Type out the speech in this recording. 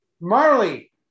Marley